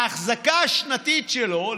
האחזקה השנתית שלו,